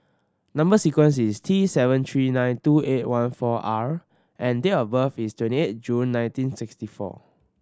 number sequence is T seven three nine two eight one four R and date of birth is twenty eight June nineteen sixty four